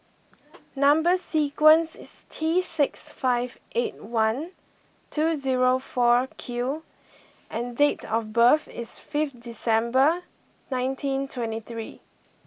number sequence is T six five eight one two zero four Q and date of birth is fifth December nineteen twenty three